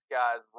guys